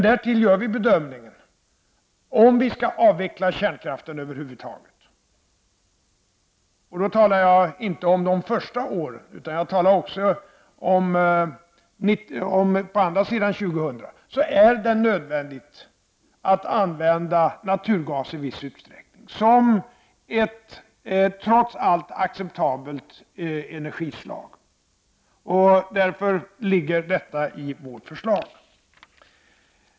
Därtill gör vi bedömningen att om vi skall avveckla kärnkraften över huvud taget — då talar jag inte bara om de första åren utan även om åren på andra sidan 2000 — är det nödvändigt att använda naturgas i viss utsträckning, som trots allt är ett acceptabelt energislag. Därför ligger detta i vårt förslag.